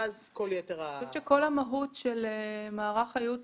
ואז כל יתר -- אני חושבת שכל המהות של מערך הייעוץ